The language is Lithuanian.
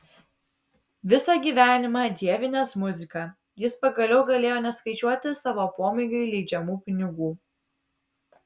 visą gyvenimą dievinęs muziką jis pagaliau galėjo neskaičiuoti savo pomėgiui leidžiamų pinigų